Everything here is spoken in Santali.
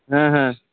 ᱦᱮᱸ ᱦᱮᱸ